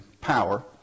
power